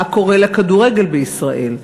מה קורה לכדורגל בישראל,